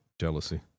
Jealousy